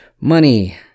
money